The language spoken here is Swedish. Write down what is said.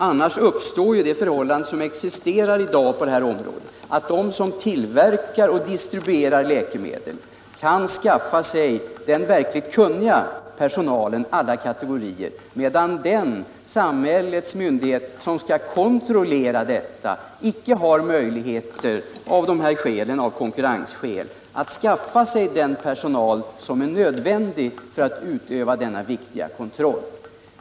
Annars uppstår ju det förhållande som i dag existerar på det här området, nämligen att de som tillverkar och distribuerar läkemedel kan skaffa, sig den verkligt kunniga personalen inom alla kategorier, medan den samhällsmyndighet som skall svara för kontrollen av konkurrensskäl icke kan skaffa sig den personal som är nödvändig för att utföra denna viktiga kontroll.